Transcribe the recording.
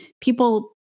people